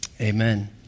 Amen